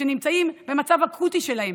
שנמצאים במצב אקוטי שלהם,